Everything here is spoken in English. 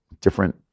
different